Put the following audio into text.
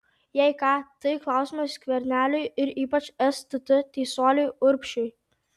jei ką tai klausimas skverneliui ir ypač stt teisuoliui urbšiui